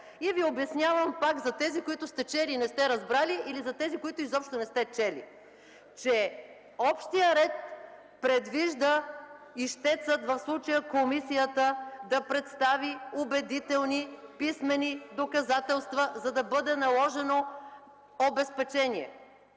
И ви обяснявам – за тези, които сте чели и не сте разбрали или за тези, които изобщо не сте чели. Общият ред предвижда ищецът, в случая комисията, да представи убедителни писмени доказателства, за да бъде наложено обезпечение.